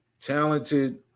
talented